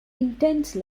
intense